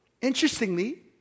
Interestingly